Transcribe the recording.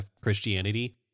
christianity